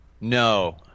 No